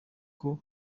bwo